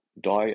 die